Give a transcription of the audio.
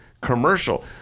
commercial